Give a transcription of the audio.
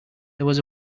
was